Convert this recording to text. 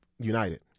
United